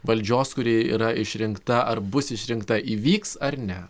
valdžios kuri yra išrinkta ar bus išrinkta įvyks ar ne